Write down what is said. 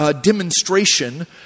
demonstration